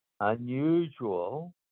unusual